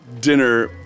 Dinner